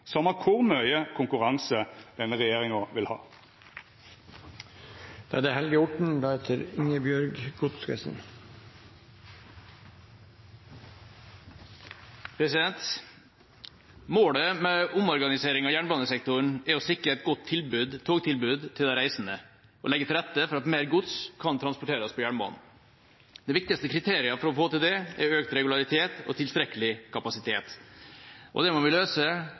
same kor mykje konkurranse denne regjeringa vil ha. Målet med omorganiseringa av jernbanesektoren er å sikre et godt togtilbud til de reisende og å legge til rette for at mer gods kan transporteres på jernbanen. De viktigste kriteriene for å få til det er økt regularitet og tilstrekkelig kapasitet. Det må vi